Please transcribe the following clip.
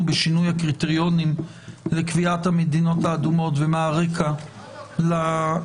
בשינוי הקריטריונים לקביעת המדינות האדומות ומה הרקע לשינוי.